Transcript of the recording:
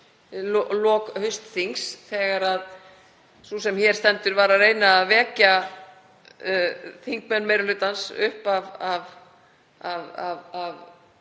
lok haustþings þegar sú sem hér stendur var að reyna að vekja þingmenn meiri hlutans upp af